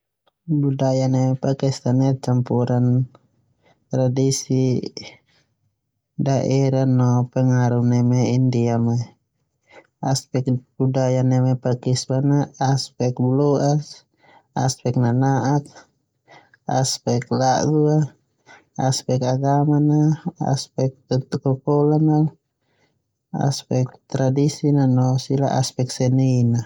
Budaya neme Pakistan ia campuran neme tradisi daerah no pengaruh neme india. Aspek budaya neme Pakistan. Aspek bualoas, aspek nana'ak, aspek lagu, aspek agama, aspek bahasa, aspek tradisi no aspek budaya.